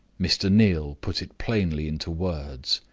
mr. neal put it plainly into words.